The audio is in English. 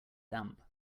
damp